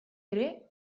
ere